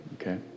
okay